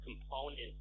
components